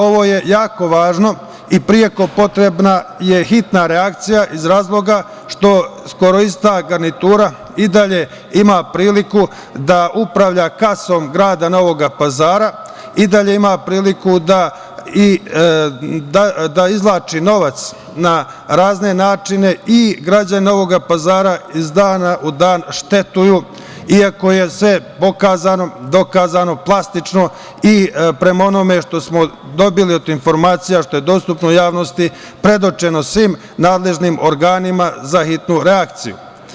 Ovo je jako važno i preko potrebna je hitna reakcija iz razloga što skoro ista garnitura i dalje ima priliku da upravlja kasom grada Novog Pazara, i dalje ima priliku da izvlači novac na razne načine, i građani Novog Pazara iz dana u dan štetuju, iako je sve pokazano, dokazano plastično i prema onome što smo dobili od informacija, što je dostupno u javnosti, predočeno svim nadležnim organima za hitnu reakciju.